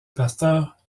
pasteur